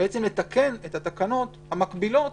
לתקן את התקנות המקבילות